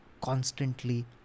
constantly